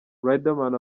riderman